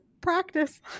practice